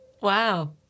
Wow